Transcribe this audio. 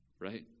Right